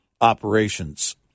operations